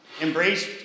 embrace